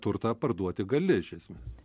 turtą parduoti gali iš esmės